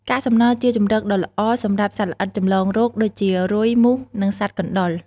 កាកសំណល់ជាជម្រកដ៏ល្អសម្រាប់សត្វល្អិតចម្លងរោគដូចជា រុយ មូស និងសត្វកណ្ដុរ។